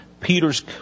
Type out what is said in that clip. Peter's